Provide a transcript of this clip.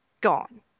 gone